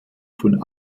von